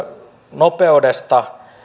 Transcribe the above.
nopeudesta